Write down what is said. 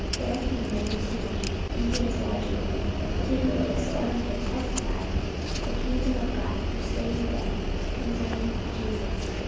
there came many to him into his lodging to whom he expounded and testified the kingdom of god, persuading them concerning jesus,